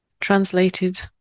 translated